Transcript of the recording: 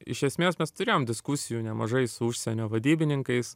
iš esmės mes turėjom diskusijų nemažai su užsienio vadybininkais